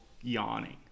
yawning